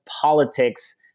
politics